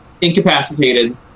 incapacitated